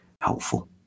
helpful